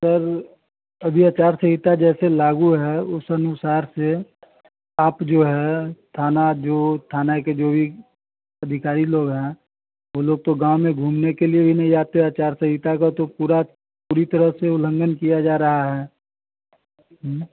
sir अभी आचार सहिता जैसे लागू है उस अनुसार से आप जो है थाना जो थाना के जो भी अधिकारी लोग है वो लोग तो गाँव में घूमने के लिए ही नहीं जाते आचार सहिता का तो पूरा पूरी तरह से उलंघन किया जा रहा है